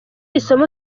isomo